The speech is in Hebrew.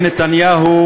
נדמה לך, נדמה לך.